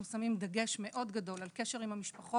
אנחנו שמים דגש מאוד גדול על קשר עם המשפחות,